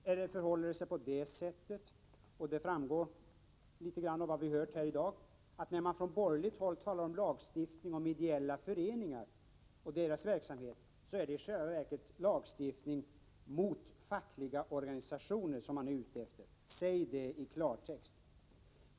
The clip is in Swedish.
Eller förhåller det sig så, vilket kan framgå av vad vi har hört här i dag, att när man från borgerligt håll talar om lagstiftning för ideella föreningar och deras verksamhet så är det i själva verket lagstiftning mot fackliga organisationer man är ute efter? Säg det i klartext!